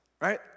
right